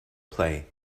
play